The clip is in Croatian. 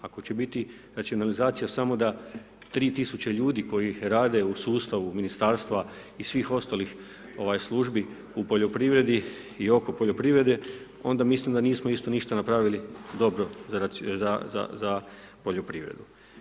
Ako će biti racionalizacija samo da 3 tisuće ljudi kojih rade u sustavu Ministarstva i svih ostalih službi u poljoprivredi i oko poljoprivrede, onda mislim da nismo isto ništa napravili dobro za poljoprivredu.